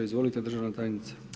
Izvolite državna tajnica.